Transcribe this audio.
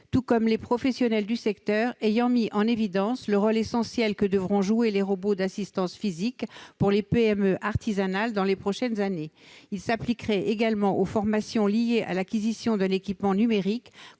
de celles des professionnels du secteur, qui ont mis en évidence le rôle essentiel que devront jouer les robots d'assistance physique pour les PME artisanales dans les prochaines années. Il s'appliquerait également aux formations liées à l'acquisition d'un équipement numérique,